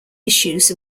issues